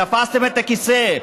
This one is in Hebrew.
תפסתם את הכיסא.